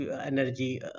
energy